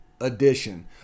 edition